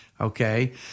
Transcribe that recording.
okay